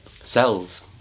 cells